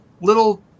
little